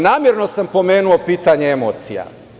Namerno sam pomenuo pitanje emocija.